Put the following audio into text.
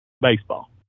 baseball